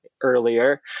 earlier